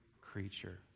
creature